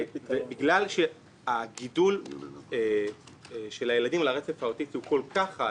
בגלל שהגידול של הילדים על הרצף האוטיסטי הוא כל כך חד